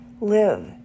Live